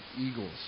eagles